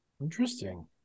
interesting